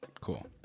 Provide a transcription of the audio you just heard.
Cool